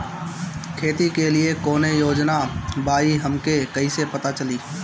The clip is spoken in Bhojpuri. खेती के लिए कौने योजना बा ई हमके कईसे पता चली?